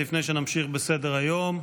לפני שנמשיך בסדר-היום,